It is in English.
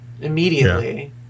immediately